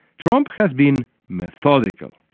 trump has been methodical.